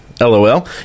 lol